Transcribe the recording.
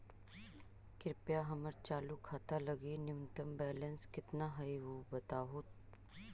कृपया हमर चालू खाता लगी न्यूनतम बैलेंस कितना हई ऊ बतावहुं